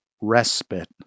respite